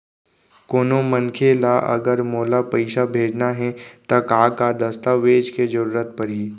कोनो मनखे ला अगर मोला पइसा भेजना हे ता का का दस्तावेज के जरूरत परही??